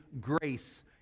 grace